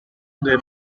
their